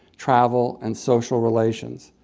travel, and social relations.